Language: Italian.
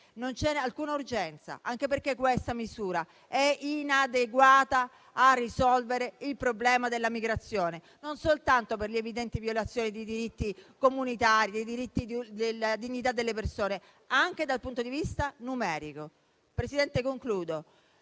Non c'era alcuna urgenza, anche perché questa misura è inadeguata a risolvere il problema della migrazione, non soltanto per le evidenti violazioni dei diritti comunitari e della dignità delle persone, ma anche dal punto di vista numerico. Questo centro